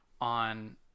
on